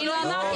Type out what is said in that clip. אני לא אמרתי.